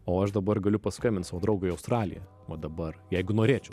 o aš dabar galiu paskambint savo draugui į australiją va dabar jeigu norėčiau